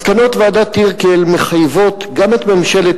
מסקנות ועדת-טירקל מחייבות גם את ממשלת